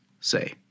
say